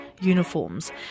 uniforms